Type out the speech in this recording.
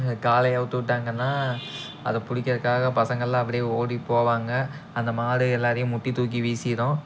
அந்த காளையை அவுழ்த்து விட்டாங்கன்னா அதை படிக்கிறக்காக பசங்கள்லாம் அப்டி ஓடிப்போவாங்க அந்த மாடு எல்லோரையும் முட்டி தூக்கி வீசிடும்